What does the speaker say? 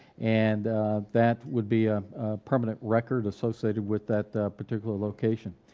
and that would be a permanent record associated with that particular location.